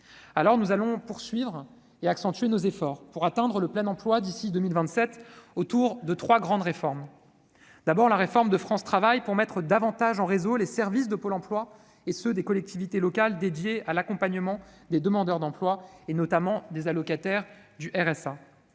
Alors, nous allons poursuivre et accentuer nos efforts pour atteindre le plein emploi d'ici à 2027 autour de trois grands axes. Ce sera, tout d'abord, la réforme de France Travail, pour mettre davantage en réseau les services de Pôle emploi et les services des collectivités dédiés à l'accompagnement des demandeurs d'emploi et notamment des allocataires du